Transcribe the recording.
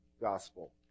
Gospel